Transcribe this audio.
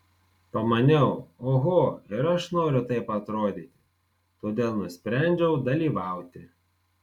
pamaniau oho ir aš noriu taip atrodyti todėl nusprendžiau dalyvauti